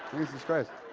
jesus christ.